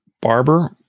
barber